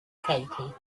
katie